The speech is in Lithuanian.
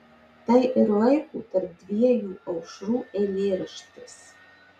tai ir laiko tarp dviejų aušrų eilėraštis